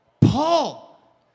Paul